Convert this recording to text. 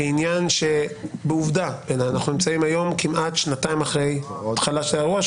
כעניין שבעובדה אנחנו נמצאים היום כמעט שנתיים אחרי תחילת האירוע,